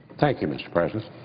thank you, mr. president.